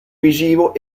visivo